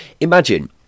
Imagine